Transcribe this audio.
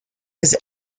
was